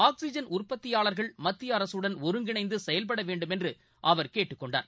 oxygen உற்பத்தியாளர்கள் மத்திய அரசுடன் ஒருங்கிணைந்து செயல்பட வேண்டுமென்று அவர் கேட்டுக் கொண்டார்